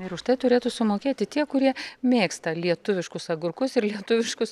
ir už tai turėtų sumokėti tie kurie mėgsta lietuviškus agurkus ir lietuviškus